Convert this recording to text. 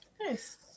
Nice